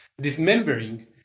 dismembering